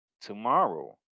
tomorrow